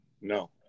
No